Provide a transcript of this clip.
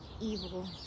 evil